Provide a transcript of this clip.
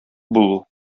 булу